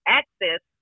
access